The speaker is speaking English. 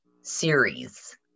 series